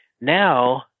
now